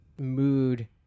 mood